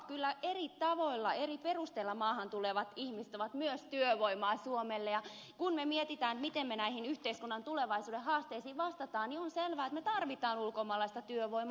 kyllä eri tavoilla eri perusteilla maahan tulevat ihmiset ovat myös työvoimaa suomelle ja kun me mietimme miten me näihin yhteiskunnan tulevaisuuden haasteisiin vastaamme niin on selvää että me tarvitsemme ulkomaalaista työvoimaa